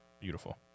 Beautiful